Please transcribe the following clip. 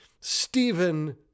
Stephen